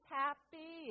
happy